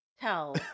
tell